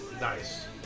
Nice